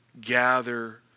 gather